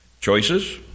choices